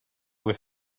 was